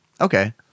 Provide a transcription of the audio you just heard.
Okay